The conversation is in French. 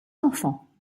enfants